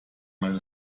meine